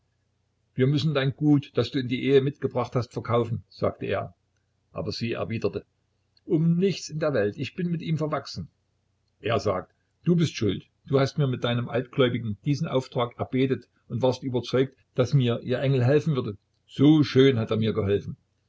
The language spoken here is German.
wir müssen dein gut das du in die ehe mitgebracht hast verkaufen sagt er aber sie erwidert um nichts in der welt ich bin mit ihm verwachsen er sagt du bist schuld du hast mir mit deinen altgläubigen diesen auftrag erbetet und warst überzeugt daß mir ihr engel helfen würde so schön hat er mir nun geholfen